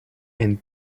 and